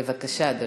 בבקשה, אדוני.